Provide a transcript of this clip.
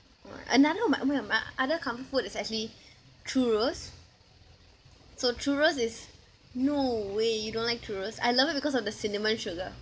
orh another of my of my other comfort food is actually churros so churros is no way you don't like churros I love it because of the cinnamon sugar